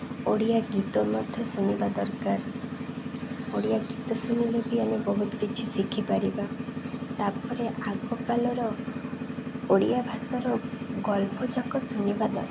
ଓଡ଼ିଆ ଗୀତ ମଧ୍ୟ ଶୁଣିବା ଦରକାର ଓଡ଼ିଆ ଗୀତ ଶୁଣିଲେ ବି ଆମେ ବହୁତ କିଛି ଶିଖିପାରିବା ତା'ପରେ ଆଗକାଳର ଓଡ଼ିଆ ଭାଷାର ଗଳ୍ପଯାକ ଶୁଣିବା ଦରକାର